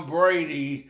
Brady